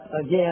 again